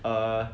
err